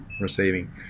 receiving